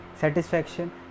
satisfaction